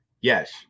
Yes